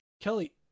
Kelly